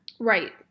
Right